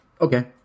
okay